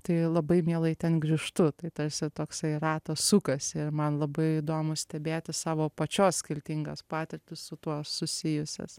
tai labai mielai ten grįžtu tai tarsi toksai ratas sukasi ir man labai įdomu stebėti savo pačios skirtingas patirtis su tuo susijusias